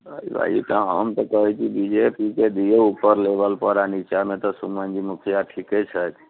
ऐठाम हम तऽ कहैत छी बीजेपीके दियौ ऊपर लेबल पर आ निचाँमे तऽ सुमनजी मुखिआ ठीके छथि